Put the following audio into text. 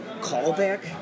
callback